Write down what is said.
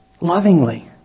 lovingly